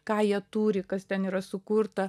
ką jie turi kas ten yra sukurta